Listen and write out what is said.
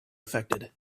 affected